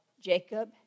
Jacob